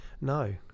No